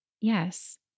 Yes